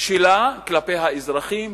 שלה כלפי האזרחים,